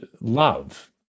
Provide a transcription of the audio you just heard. love